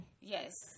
Yes